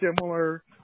similar